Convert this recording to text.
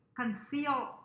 conceal